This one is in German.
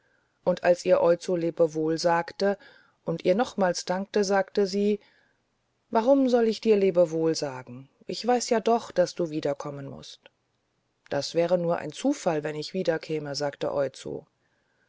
und als ihr oizo lebewohl sagte und ihr nochmals dankte sagte sie warum soll ich dir lebewohl sagen ich weiß ja doch daß du wiederkommen mußt das wäre nur ein zufall wenn ich wiederkäme sagte oizo